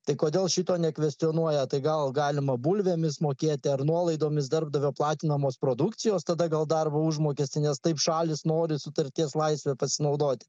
tai kodėl šito nekvestionuoja tai gal galima bulvėmis mokėti ar nuolaidomis darbdavio platinamos produkcijos tada gal darbo užmokestį nes taip šalys nori sutarties laisve pasinaudoti